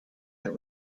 but